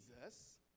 Jesus